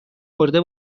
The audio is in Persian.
مرده